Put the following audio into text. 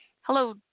Hello